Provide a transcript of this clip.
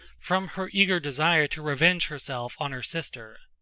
from her eager desire to revenge herself on her sister.